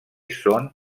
són